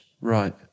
Right